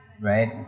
right